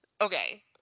okay